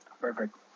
Perfect